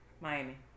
Miami